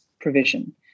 provision